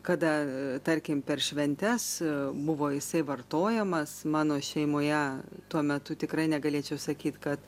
kada tarkim per šventes buvo jisai vartojamas mano šeimoje tuo metu tikrai negalėčiau sakyt kad